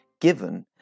given